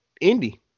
Indy